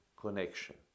connection